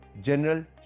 General